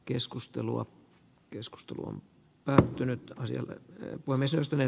keskustelua keskustelu on päättynyt ja asia voimme syystä ne